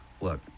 Look